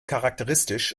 charakteristisch